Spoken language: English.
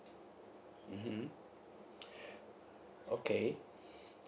mmhmm okay